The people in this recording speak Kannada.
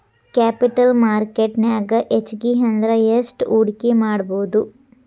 ಕ್ಯಾಪಿಟಲ್ ಮಾರ್ಕೆಟ್ ನ್ಯಾಗ್ ಹೆಚ್ಗಿ ಅಂದ್ರ ಯೆಸ್ಟ್ ಹೂಡ್ಕಿಮಾಡ್ಬೊದು?